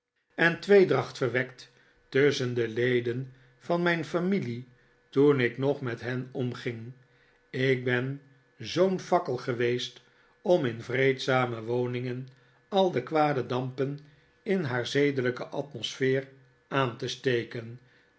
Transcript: en tweedracht verwekt tusschen de leden van mijn familie toen ik nog met hen omging ik ben zoo'n fakkel geweest om in vreedzame woningen al de kwade dampen in haar zedelijke atnosfeer aan te steken